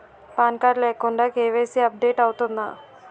Pan card లేకుండా KYC update అవుతుందా?